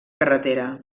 carretera